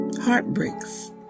heartbreaks